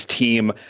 team